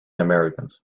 americans